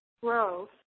growth